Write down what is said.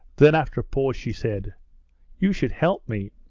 then after a pause she said you should help me